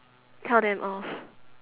tell them off